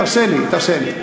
תרשה לי, תרשה לי.